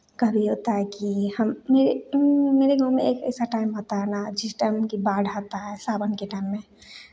कभी होता है कि हम मेरे मेरे गाँव में एक ऐसा टाइम आता है ना जिस टाइम कि बाढ़ आता है सावन के टाइम में